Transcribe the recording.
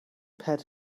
pat